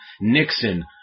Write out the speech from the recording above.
Nixon